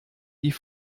die